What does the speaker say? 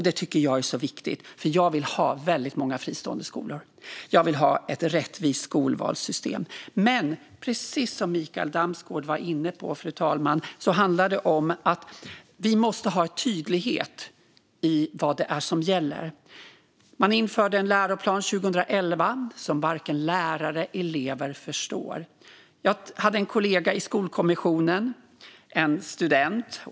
Det tycker jag är mycket viktigt, för jag vill ha väldigt många fristående skolor. Jag vill ha ett rättvist skolvalssystem, fru talman, men precis som Mikael Damsgaard var inne på handlar det om att vi måste ha tydlighet i vad det är som gäller. År 2011 införde man en läroplan som varken lärare eller elever förstår. Jag hade en kollega i Skolkommissionen - en student.